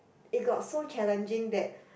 it got so challenging that